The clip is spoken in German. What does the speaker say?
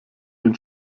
den